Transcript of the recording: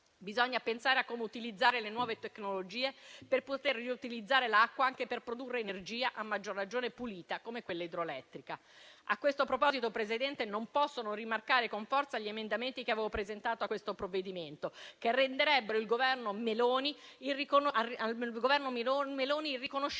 Bisogna pensare a come utilizzare le nuove tecnologie per poter riutilizzare l'acqua anche per produrre energia, a maggior ragione pulita, come quella idroelettrica. A questo proposito, Presidente, non posso non rimarcare con forza gli emendamenti che avevo presentato a questo provvedimento, che renderebbero al Governo Meloni il riconoscimento